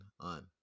on